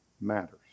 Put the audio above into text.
matters